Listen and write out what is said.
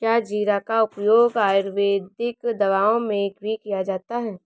क्या जीरा का उपयोग आयुर्वेदिक दवाओं में भी किया जाता है?